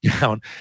down